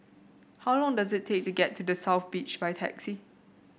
how long does it take to get to The South Beach by taxi